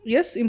Yes